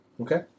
okay